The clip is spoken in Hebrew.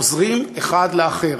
עוזרים אחד לאחר.